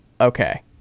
okay